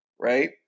Right